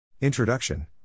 Introduction